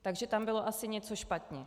Takže tam bylo asi něco špatně.